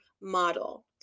model